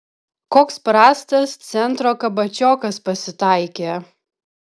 koks prastas centro kabačiokas pasitaikė